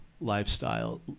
lifestyle